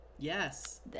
yes